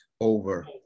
over